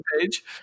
page